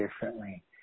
differently